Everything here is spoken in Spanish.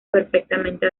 perfectamente